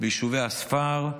ביישובי הספר,